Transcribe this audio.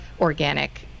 organic